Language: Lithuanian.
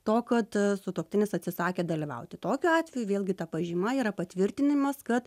to kad sutuoktinis atsisakė dalyvauti tokiu atveju vėlgi ta pažyma yra patvirtinimas kad